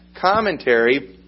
commentary